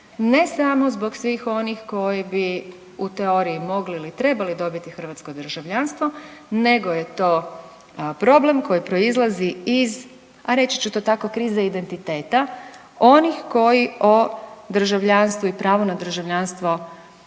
ne samo zbog svih onih koji bi u teoriji mogli ili trebali dobiti hrvatsko državljanstvo, nego je to problem koji proizlazi iz, a reći ću to tako, krize identiteta onih koji o državljanstvu i pravu na državljanstvo